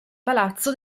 palazzo